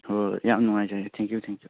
ꯍꯣ ꯍꯣꯏ ꯌꯥꯝ ꯅꯨꯡꯉꯥꯏꯖꯔꯦ ꯊꯦꯡꯀ꯭ꯌꯨ ꯊꯦꯡꯀ꯭ꯌꯨ